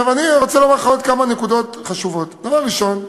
אני רוצה לומר לך עוד כמה נקודות חשובות: דבר ראשון,